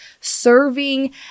serving